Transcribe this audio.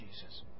Jesus